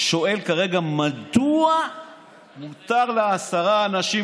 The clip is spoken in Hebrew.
שאין דוברים לסיעות דרך ארץ,